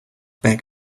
back